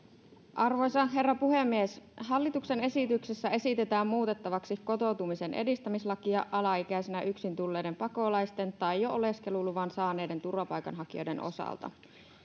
arvoisa herra puhemies hallituksen esityksessä esitetään muutettavaksi kotoutumisen edistämislakia alaikäisenä yksin tulleiden pakolaisten tai jo oleskeluluvan saaneiden turvapaikanhakijoiden osalta